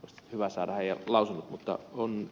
olisi hyvä saada heidän lausuntonsa